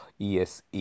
ESE